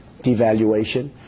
devaluation